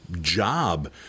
job